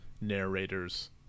narrators